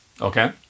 Okay